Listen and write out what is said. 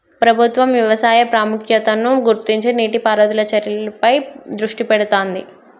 ప్రభుత్వం వ్యవసాయ ప్రాముఖ్యతను గుర్తించి నీటి పారుదల చర్యలపై దృష్టి పెడుతాంది